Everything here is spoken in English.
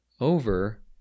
over